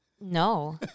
No